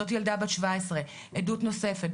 זאת ילדה בת 17. עדות נוספת,